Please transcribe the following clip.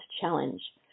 challenge